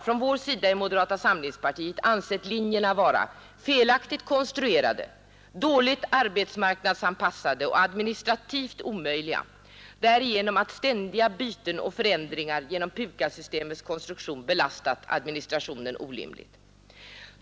Inom moderata samlingspartiet har vi ansett linjerna vara felkonstruerade, dåligt arbetsmarknadsanpassade och administrativt omöjliga därigenom att ständiga byten och förändringar genom PUKAS-systemets konstruktion belastat administrationen orimligt.